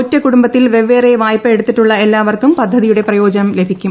ഒറ്റ കുടുംബത്തിൽ വെവ്വേറെ വായ്പയെടുത്തിട്ടുള്ള എല്ലാവർക്കും പദ്ധതിയുടെ പ്രയോജനം ലഭിക്കും